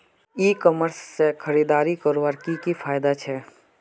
ई commerce से खरीदारी करवार की की फायदा छे?